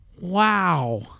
Wow